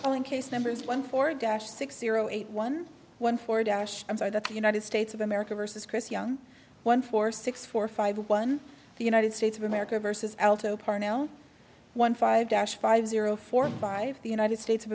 well in case numbers one four dash six zero eight one one four dash i'm sorry that the united states of america versus chris young one four six four five one the united states of america versus alto parnell one five dash five zero four five the united states of